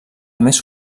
més